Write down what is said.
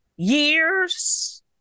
Years